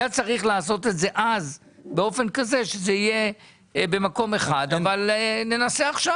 היה צריך לעשות את זה אז באופן כזה שזה יהיה במקום אחד אבל ננסה לעשות